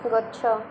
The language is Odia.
ଗଛ